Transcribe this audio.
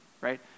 right